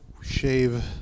shave